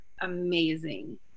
amazing